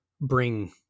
bring